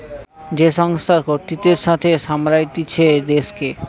যে সংস্থা কর্তৃত্বের সাথে সামলাতিছে দেশকে